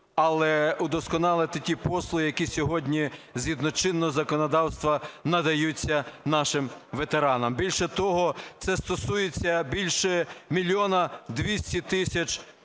але удосконалити ті послуги, які сьогодні згідно чинного законодавства надаються нашим ветеранам. Більше того, це стосується більше мільйона 200 тисяч